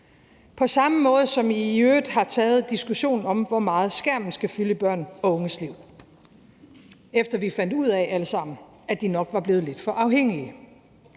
på samme måde som man i øvrigt har taget diskussionen om, hvor meget skærme skal fylde i børn og unges liv, efter at vi alle sammen fandt ud af, at de nok var blevet lidt for afhængige.